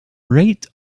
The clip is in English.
rate